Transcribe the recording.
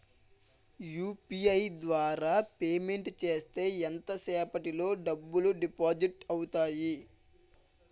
UPI ద్వారా payment చేస్తే ఎంత సేపటిలో డబ్బులు డిపాజిట్ అవుతాయి?